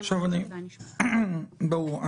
ברור.